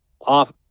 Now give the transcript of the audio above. off